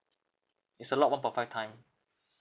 it's a lot one point five time